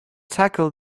tackle